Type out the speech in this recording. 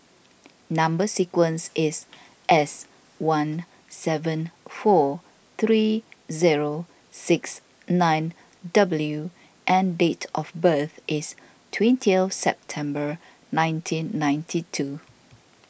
Number Sequence is S one seven four three zero six nine W and date of birth is twentieth September nineteen ninety two